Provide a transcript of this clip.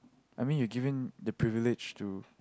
I mean you given the privilege to